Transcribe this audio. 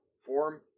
form